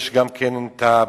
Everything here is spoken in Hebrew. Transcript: יש גם כן הבעיה